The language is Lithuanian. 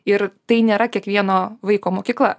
ir tai nėra kiekvieno vaiko mokykla